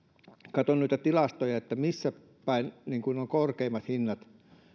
katson noita tilastoja missä päin ovat korkeimmat hinnat